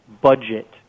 budget